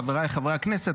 חבריי חברי הכנסת,